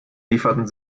lieferten